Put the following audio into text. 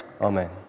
Amen